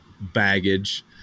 baggage